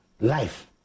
Life